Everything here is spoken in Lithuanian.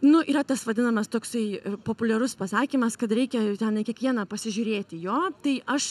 nu yra tas vadinamas toksai populiarus pasakymas kad reikia ten į kiekvieną pasižiūrėti jo tai aš